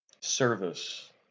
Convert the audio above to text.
service